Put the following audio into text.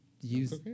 use